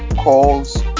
calls